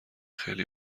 خیلی